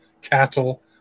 cattle